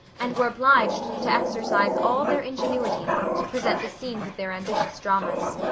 and were obliged to exercise all their ingenuity to present the scenes of their ambitious dramas.